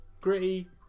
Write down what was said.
gritty